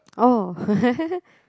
oh